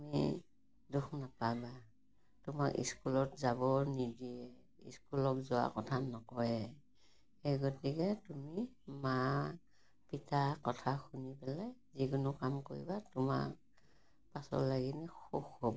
তুমি দুখ নাপাবা তোমাৰ স্কুলত যাব নিদিয়ে স্কুলক যোৱা কথা নকয়েই সেই গতিকে তুমি মা পিতা কথা শুনি পেলাই যিকোনো কাম কৰিবা তোমাক পাছত লাগিনে সুখ হ'ব